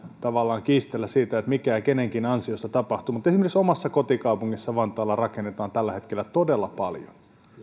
tavallaan kiistellä siitä mitä ja kenenkin ansiosta tapahtuu esimerkiksi omassa kotikaupungissani vantaalla rakennetaan tällä hetkellä todella paljon